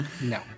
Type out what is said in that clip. No